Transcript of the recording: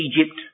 Egypt